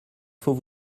faut